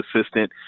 assistant